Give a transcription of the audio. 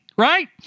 right